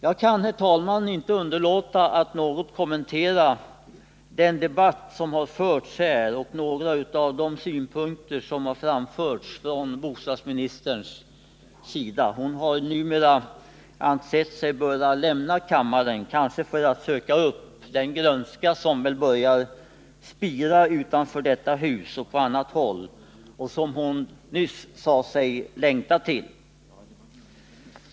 Jag kan sedan, fru talman, inte underlåta att något kommentera den debatt som förts här och några av de synpunkter som framförts från bostadsministerns sida. Hon har numera ansett sig böra lämna kammaren, kanske för att söka upp den grönska som väl börjar spira utanför detta hus och på annat håll och som hon nyss sade sig längta till.